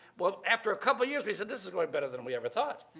but after a couple of years we said, this is going better than we ever thought!